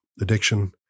addiction